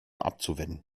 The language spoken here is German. abzuwenden